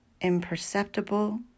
imperceptible